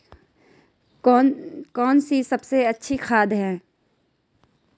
कौन सी सबसे अच्छी खाद है?